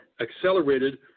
accelerated